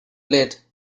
plate